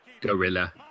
Gorilla